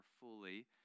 fully